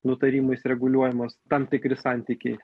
nutarimais reguliuojamos tam tikri santykiai